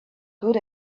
good